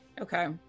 Okay